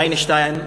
איינשטיין,